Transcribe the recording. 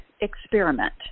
experiment